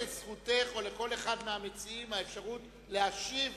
עומדת לזכותך או לזכות כל אחד מהמציעים האפשרות להשיב